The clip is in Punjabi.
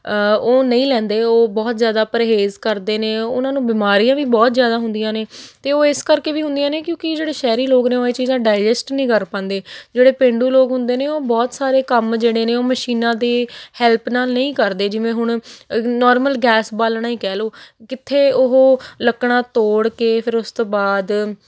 ਉਹ ਨਹੀਂ ਲੈਂਦੇ ਉਹ ਬਹੁਤ ਜ਼ਿਆਦਾ ਪਰਹੇਜ਼ ਕਰਦੇ ਨੇ ਉਹਨਾਂ ਨੂੰ ਬਿਮਾਰੀਆਂ ਵੀ ਬਹੁਤ ਜ਼ਿਆਦਾ ਹੁੰਦੀਆਂ ਨੇ ਅਤੇ ਉਹ ਇਸ ਕਰਕੇ ਵੀ ਹੁੰਦੀਆਂ ਨੇ ਕਿਉਂਕਿ ਜਿਹੜੇ ਸ਼ਹਿਰੀ ਲੋਕ ਨੇ ਉਹ ਇਹ ਚੀਜ਼ਾਂ ਡਾਇਜੈਸਟ ਨਹੀਂ ਕਰ ਪਾਉਂਦੇ ਜਿਹੜੇ ਪੇਂਡੂ ਲੋਕ ਹੁੰਦੇ ਨੇ ਉਹ ਬਹੁਤ ਸਾਰੇ ਕੰਮ ਜਿਹੜੇ ਨੇ ਉਹ ਮਸ਼ੀਨਾਂ ਦੀ ਹੈਲਪ ਨਾਲ ਨਹੀਂ ਕਰਦੇ ਜਿਵੇਂ ਹੁਣ ਨੋਰਮਲ ਗੈਸ ਬਾਲਣਾ ਹੀ ਕਹਿ ਲਉ ਕਿੱਥੇ ਉਹ ਲੱਕੜਾਂ ਤੋੜ ਕੇ ਫਿਰ ਉਸ ਤੋਂ ਬਾਅਦ